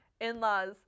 in-laws